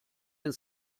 den